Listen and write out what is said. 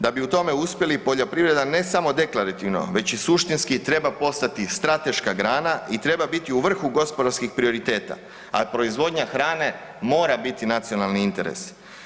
Da bi u tome uspjeli poljoprivreda ne samo deklarativno već i suštinski treba postati strateška grana i treba biti u vrhu gospodarskih prioriteta, a proizvodnja hrane mora biti nacionali interes.